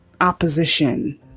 opposition